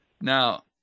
Now